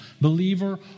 Believer